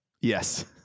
Yes